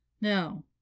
No